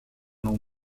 l’ont